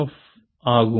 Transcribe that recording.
F ஆகும்